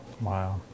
Wow